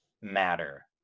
matter